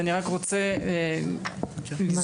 אני